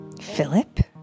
Philip